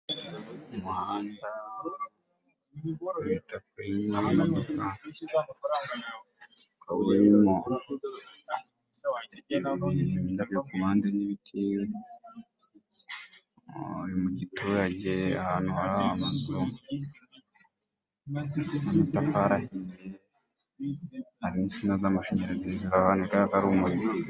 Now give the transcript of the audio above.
Aha ni ku muhanda w'ibitaka urimo imodoka, ukaba urimo indamyo ku muhanda n'ibiti, uri mu giturage ahantu hari amazu y'amatafari ahiye, hari n'insinga z'amashanyarazi zigaragaza ko hari umuriro.